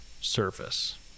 surface